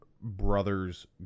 brother's